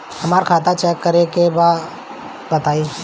हमरा खाता चेक करे के बा बताई?